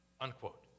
unquote